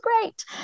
great